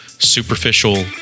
superficial